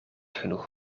genoeg